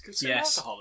Yes